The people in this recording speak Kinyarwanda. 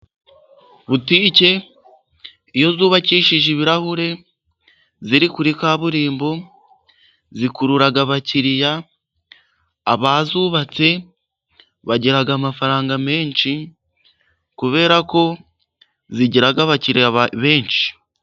Butike iyo zubakishije ibirahure, ziri kuri kaburimbo, zikurura abakiriya. Abazubatse bagira amafaranga menshi kubera ko zigira abakiriya benshi.